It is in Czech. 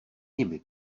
nimi